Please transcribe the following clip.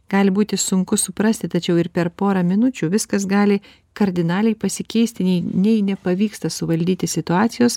gali būti sunku suprasti tačiau ir per porą minučių viskas gali kardinaliai pasikeisti nei nei nepavyksta suvaldyti situacijos